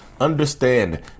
understand